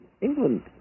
England